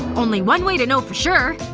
only one way to know for sure